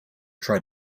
try